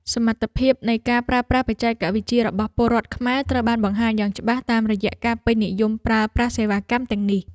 សមត្ថភាពនៃការប្រើប្រាស់បច្ចេកវិទ្យារបស់ពលរដ្ឋខ្មែរត្រូវបានបង្ហាញយ៉ាងច្បាស់តាមរយៈការពេញនិយមប្រើប្រាស់សេវាកម្មទាំងនេះ។